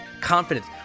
confidence